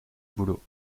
boulot